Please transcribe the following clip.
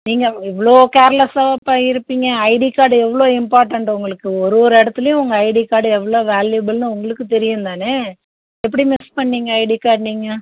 நீங்கள் இவ்வளோ கேர்லஸ்ஸாகவாப்பா இருப்பீங்க ஐடி கார்டு எவ்வளோ இம்பார்ட்டன்ட் உங்களுக்கு ஒரு ஒரு இடத்துலையும் உங்கள் ஐடி கார்ட் எவ்வளோ வேல்யூவபுல்ன்னு உங்களுக்கு தெரியனும் தானே எப்படி மிஸ் பண்ணீங்க ஐடி கார்டு நீங்கள்